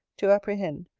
to apprehend,